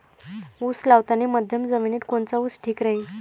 उस लावतानी मध्यम जमिनीत कोनचा ऊस ठीक राहीन?